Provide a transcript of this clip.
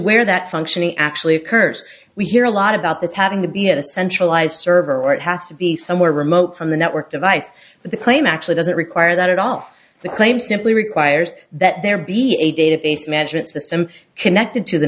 where that functioning actually occurs we hear a lot of the this having to be at a centralized server or it has to be somewhere remote from the network device but the claim actually doesn't require that at all the claim simply requires that there be a database management system connected to the